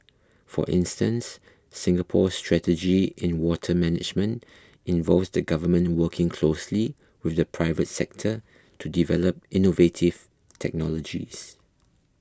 for instance Singapore's strategy in water management involves the Government working closely with the private sector to develop innovative technologies